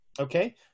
Okay